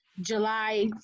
July